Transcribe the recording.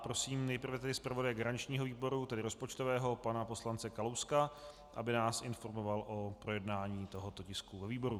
Prosím tedy nejprve zpravodaje garančního výboru, tedy rozpočtového, pana poslance Kalouska, aby nás informoval o projednání tohoto tisku ve výboru.